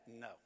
No